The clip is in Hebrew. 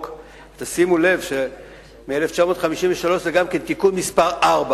שימו לב שמ-1953 זה תיקון מס' 4,